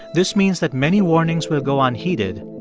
this means that many warnings will go unheeded,